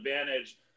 advantage